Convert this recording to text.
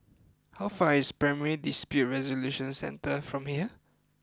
how far away is Primary Dispute Resolution Centre from here